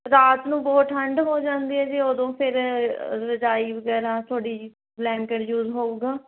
ਰਾਤ ਨੂੰ ਬਹੁਤ ਠੰਡ ਹੋ ਜਾਂਦੀ ਹੈ ਜੀ ਉਦੋਂ ਫਿਰ ਰਜਾਈ ਵਗੈਰਾ ਤੁਹਾਡੀ ਬਲੈਂਕਡ ਯੂਜ ਹੋਵੇਗਾ